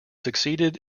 succeeded